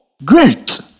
Great